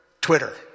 Twitter